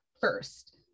first